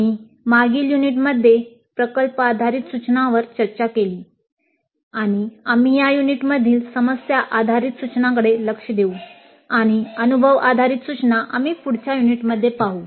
आम्ही मागील युनिटमध्ये प्रकल्प आधारित सूचनांवर चर्चा केली आणि आम्ही या युनिटमधील समस्या आधारित सूचनांकडे लक्ष देऊ आणि अनुभव आधारित सूचना आम्ही पुढच्या युनिटमध्ये पाहू